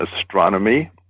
astronomy